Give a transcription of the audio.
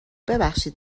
ببخشید